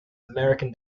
american